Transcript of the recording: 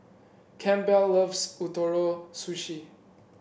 Campbell loves Ootoro Sushi